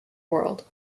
world